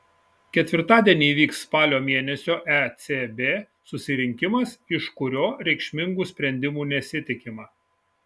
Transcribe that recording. ketvirtadienį vyks spalio mėnesio ecb susirinkimas iš kurio reikšmingų sprendimų nesitikima